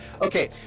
Okay